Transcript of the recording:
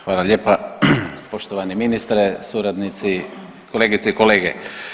Hvala lijepa, poštovani ministre, suradnici, kolegice i kolege.